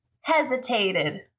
hesitated